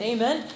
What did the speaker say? Amen